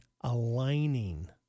aligning